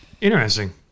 Interesting